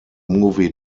movie